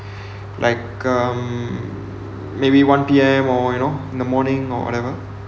like um maybe one P_M or you know in the morning or whatever